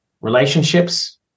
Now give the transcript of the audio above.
relationships